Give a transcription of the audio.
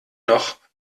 noch